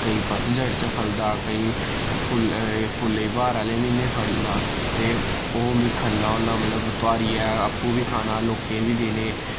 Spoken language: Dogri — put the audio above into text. केई पतझड़ च फलदा केई फुल्ल एह् फुल्लें ब्हार आह्ले म्हीने फलदा ते ओह् मि खन्ना होन्नां मतलब तुआरियै आपूं बी खाना लोकें बी देने